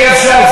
אי-אפשר.